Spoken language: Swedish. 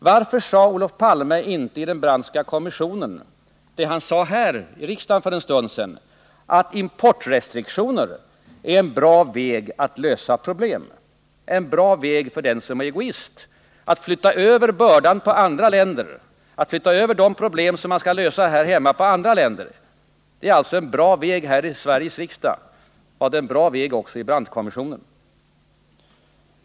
Varför sade Olof Palme inte i den Brandtska kommissionen det han sade här i riksdagen för en stund sedan, nämligen att importrestriktioner är ”en bra väg” att lösa problem —- en bra väg för den som är nog egoist att flytta över bördan på andra länder, att flytta över de problem som vi bör lösa här hemma på andra länder. Det är alltså en bra väg här i Sveriges riksdag. Var det en bra väg också i den Brandtska kommissionen?